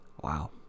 Wow